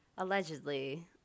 Allegedly